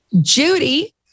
Judy